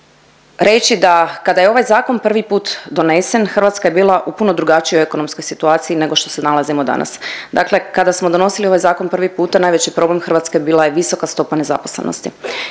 reći da kada je ovaj zakon prvi put donesen, Hrvatska je bila u puno drugačijoj ekonomskoj situaciji nego što se nalazimo danas. Dakle kada smo donosili ovaj zakon prvi puta, najveći problem Hrvatske bila je visoka stopa nezaposlenosti